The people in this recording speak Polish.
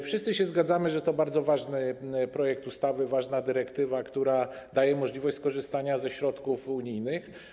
Wszyscy się zgadzamy, że to jest bardzo ważny projekt ustawy, to ważna dyrektywa, która daje możliwość skorzystania ze środków unijnych.